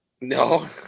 No